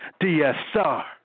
DSR